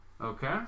Okay